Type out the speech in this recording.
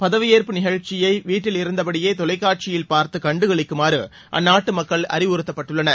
பதவியேற்பு நிகழ்ச்சியை வீட்டிலிருந்தபடியே தொலைக்காட்சியில் பார்த்து கண்டுகளிக்குமாறு அந்நாட்டு மக்கள் அறிவுறுத்தப்பட்டுள்ளனர்